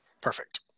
Perfect